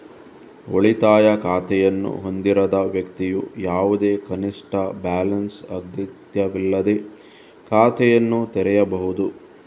ಉಳಿತಾಯ ಖಾತೆಯನ್ನು ಹೊಂದಿರದ ವ್ಯಕ್ತಿಯು ಯಾವುದೇ ಕನಿಷ್ಠ ಬ್ಯಾಲೆನ್ಸ್ ಅಗತ್ಯವಿಲ್ಲದೇ ಖಾತೆಯನ್ನು ತೆರೆಯಬಹುದು